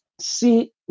see